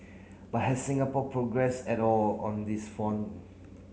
but has Singapore progress at all on these front